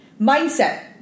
Mindset